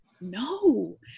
no